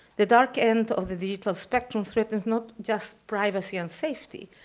the dark end of the digital spectrum threatens not just privacy and safety,